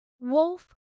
wolf